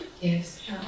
Yes